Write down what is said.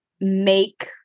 make